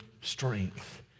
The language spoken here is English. strength